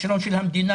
כישלון של המדינה,